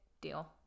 deal